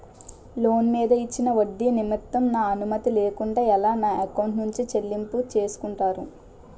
Loan మీద ఇచ్చిన ఒడ్డి నిమిత్తం నా అనుమతి లేకుండా ఎలా నా ఎకౌంట్ నుంచి చెల్లింపు చేసుకుంటారు?